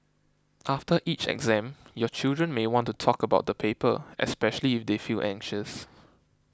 after each exam your children may want to talk about the paper especially if they feel anxious